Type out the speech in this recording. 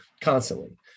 constantly